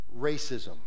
racism